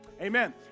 Amen